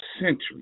century